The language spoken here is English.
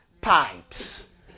pipes